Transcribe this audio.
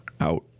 out